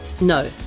No